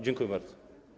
Dziękuję bardzo.